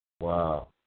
Wow